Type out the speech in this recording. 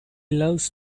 loves